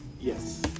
Yes